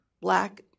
black